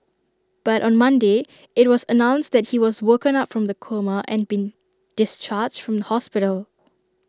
but on Monday IT was announced that he has woken up from the coma and been discharged from hospital